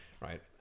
right